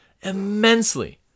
immensely